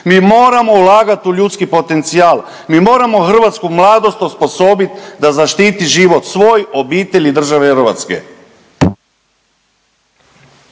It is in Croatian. Mi moramo ulagat u ljudski potencijal. Mi moramo hrvatsku mladost osposobit da zaštiti život svoj, obitelji i države Hrvatske.